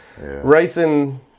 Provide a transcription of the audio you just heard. racing